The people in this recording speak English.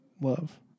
love